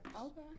Okay